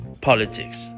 politics